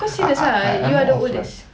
kau serious ah you are the oldest